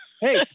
hey